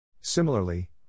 Similarly